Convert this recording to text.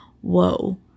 whoa